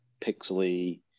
pixely